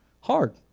Hard